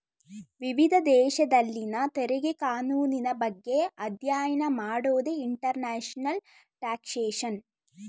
ವಿವಿಧ ದೇಶದಲ್ಲಿನ ತೆರಿಗೆ ಕಾನೂನಿನ ಬಗ್ಗೆ ಅಧ್ಯಯನ ಮಾಡೋದೇ ಇಂಟರ್ನ್ಯಾಷನಲ್ ಟ್ಯಾಕ್ಸ್ಯೇಷನ್